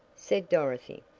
said dorothy,